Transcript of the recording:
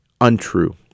untrue